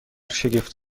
شگفت